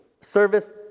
service